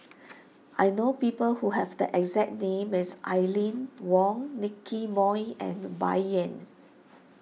I know people who have the exact name as Aline Wong Nicky Moey and Bai Yan